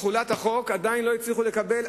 תחולת החוק עדיין לא הצליחו לקבל,